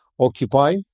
occupy